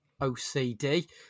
OCD